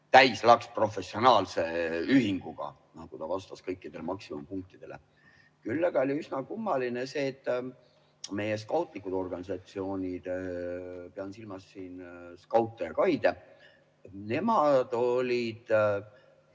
täislaks professionaalse ühinguga, ta vastas kõikidele maksimumpunktidele. Küll aga oli üsna kummaline see, et meie skautlikud organisatsioonid – pean silmas skaute ja gaide – olid